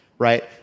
Right